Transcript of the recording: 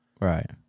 Right